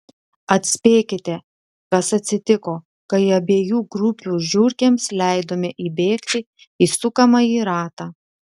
atspėkite kas atsitiko kai abiejų grupių žiurkėms leidome įbėgti į sukamąjį ratą